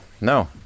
no